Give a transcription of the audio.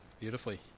beautifully